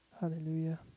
Hallelujah